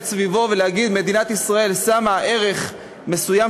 סביבו ולהגיד: מדינת ישראל שמה ערך מסוים,